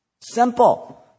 Simple